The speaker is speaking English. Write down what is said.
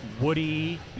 Woody